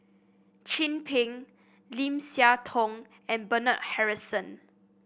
Chin Peng Lim Siah Tong and Bernard Harrison